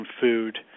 food